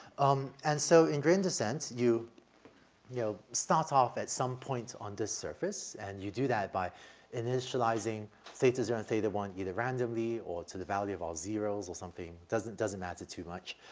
um, and so in gradient descent you, you know, start off at some point on this surface and you do that by initializing theta zero and theta one either randomly or to the value of all zeros or something doesn't doesn't matter too much.